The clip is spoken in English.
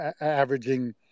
averaging